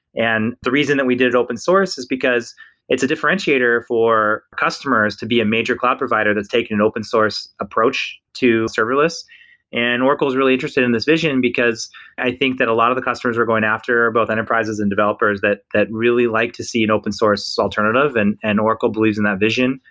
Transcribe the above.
and the reason that we did it open source is because it's a differentiator for customers to be a major cloud provider that's taken an open source approach to serverless and oracle is really interested in this vision, because i think that a lot of the customers were going after both enterprises and developers that that really like to see an open source alternative and and oracle believes in that vision,